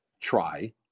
try